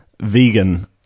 vegan